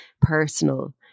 personal